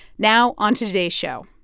now onto today's show.